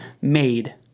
made